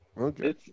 Okay